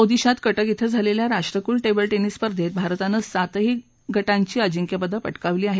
ओदिशात कक्रि इथं झालेल्या राष्ट्रकुल िल ामिस स्पर्धेत भारतानं सातही गावी अजिंक्यपदं पक्रिावली आहेत